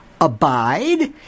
abide